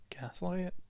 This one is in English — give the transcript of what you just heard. Gaslight